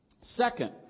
Second